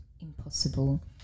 impossible